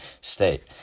state